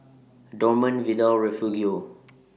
Dorman Vidal Refugio